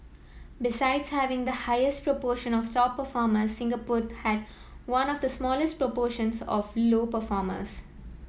besides having the highest proportion of top performers had one of the smallest proportions of low performers